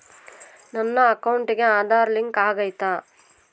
ನನ್ನ ಅಕೌಂಟಿಗೆ ಆಧಾರ್ ಲಿಂಕ್ ಆಗೈತಾ?